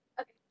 okay